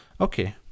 Okay